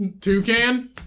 Toucan